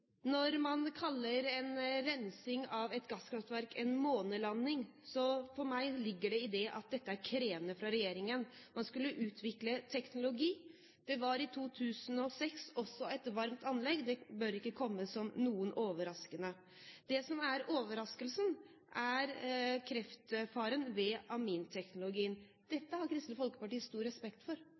Når man kaller rensing av et gasskraftverk for en månelanding, er jeg av den formening at dette er krevende for regjeringen. Man skulle utvikle teknologi. Det var også et varmt anlegg i 2006. Det bør ikke komme som noen overraskelse. Det som er overraskelsen, er kreftfaren ved aminteknologien. Dette har Kristelig Folkeparti stor respekt for.